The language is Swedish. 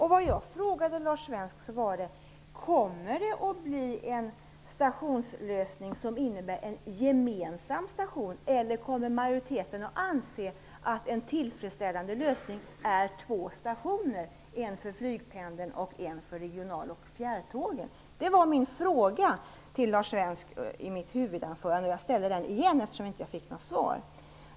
Min fråga till Lars Svensk var: Kommer det att bli en stationslösning med en gemensam station, eller kommer majoriteten att anse att en tillfredsställande lösning innefattar två stationer, en för flygpendeln och en för regional och fjärrtågen? Det var den fråga som jag ställde till Lars Svensk i mitt huvudanförande, och jag ställer den igen, eftersom jag inte fick något svar.